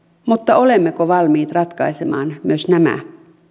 mutta olemmeko valmiit ratkaisemaan myös nämä